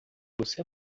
você